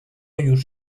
już